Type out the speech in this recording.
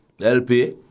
LP